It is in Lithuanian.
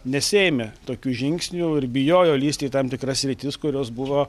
nesiėmė tokių žingsnių ir bijojo lįsti į tam tikras sritis kurios buvo